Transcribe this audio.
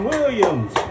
Williams